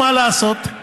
מה לעשות,